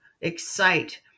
excite